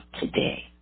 today